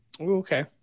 Okay